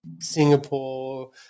Singapore